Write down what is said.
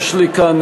יש לי כאן,